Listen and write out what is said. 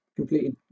completely